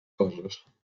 coses